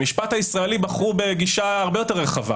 במשפט הישראלי בחרו בגישה הרבה יותר רחבה